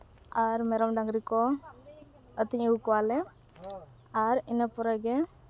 ᱟᱨ ᱢᱮᱨᱚᱢ ᱰᱟᱹᱝᱨᱤ ᱠᱚ ᱟᱹᱛᱤᱧ ᱟᱹᱜᱩ ᱠᱚᱣᱟᱞᱮ ᱟᱨ ᱤᱱᱟᱹ ᱯᱚᱨᱮᱜᱮ